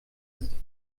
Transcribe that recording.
ist